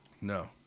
No